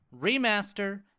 Remaster